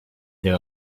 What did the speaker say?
there